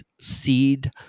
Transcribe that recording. seed